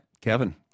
Kevin